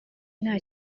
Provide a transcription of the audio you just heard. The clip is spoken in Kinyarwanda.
nta